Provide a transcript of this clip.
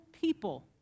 people